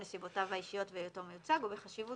נסיבותיו האישיות והיותו מיוצג ובחשיבות